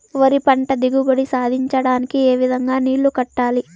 వరి పంట దిగుబడి సాధించడానికి, ఏ విధంగా నీళ్లు కట్టాలి?